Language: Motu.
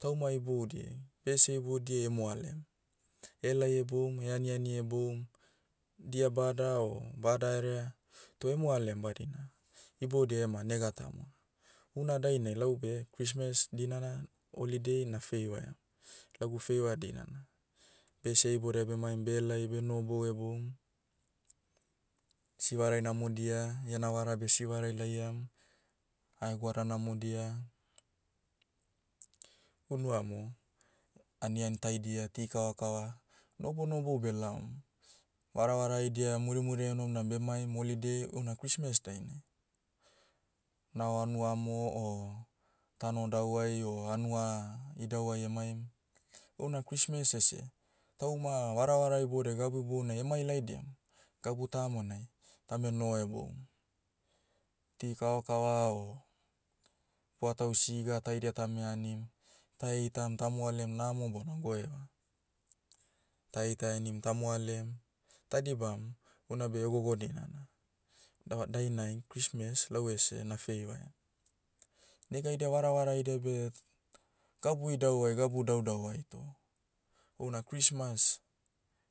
Tauma iboudiai, bese iboudiai e moalem. Ehelai eaniani heboum, dia bada o badaherea, toh emoalem badina, iboudia ema nega tamona. Una dainai laube, christmas dinana, holiday na feivaia. Lagu feiva dinana. Bese iboudai bemaim behelai beh nohobou heboum, sivarai namodia, iana vara beh sivarai laiam, haegoada namodia. Unu amo, anian taidia ti kavakava, nobou nobou belaom. Varavara aidia murimuri enohom na bemaim holiday, houna christmas dainai. Nao hanua amo o, tanodauai o hanua, idauai emaim, houna christmas ese, tauma varavara iboudai gabu ibounai emai laidiam, gabu tamonai, tame noho heboum. Ti kavakava o, buatau siga taidia tame anim, ta heitam ta moalem namo bona goeva. Ta heita henim ta moalem, ta dibam, una beh hegogo dinana. Dah- dainai christmas lau ese na feivaia. Negaida varavara haida beh, gabu idauai gabu daudauai toh, houna christmas,